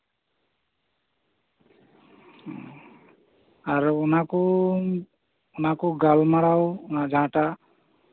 ᱟᱨ ᱚᱱᱟ ᱠᱚ ᱚᱱᱟ ᱠᱚ ᱜᱟᱞᱢᱟᱨᱟᱣ ᱡᱟᱦᱟᱸᱴᱟᱜ